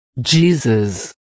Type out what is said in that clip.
JESUS